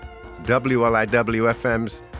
WLIW-FM's